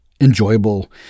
enjoyable